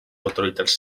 autoritats